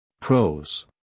Pros